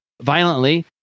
violently